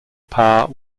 power